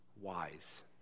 wise